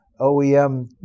OEM